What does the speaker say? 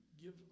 give